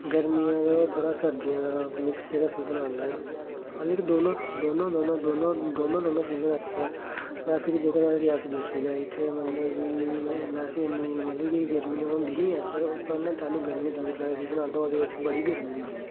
गर्मियां कोला थोह्ड़ा सर्दियें दा मिक्स जेह्ड़ा सीजन आंदा न मतलब कि दोनो दोनो दोनो दोनो दोनो दोनो सीजन अच्छे न वैसे बी जेहके साढ़ा रियासी डिस्टिक ऐ इत्थें मतलब कि वैसे इन्नी मतलब कि गर्मी होंदी नी ऐ पर पर न तैत्लू गर्मी जून जुलाई सीजन आंदे ओह्दे बिच्च बड़ी गर्मी होंदी ऐ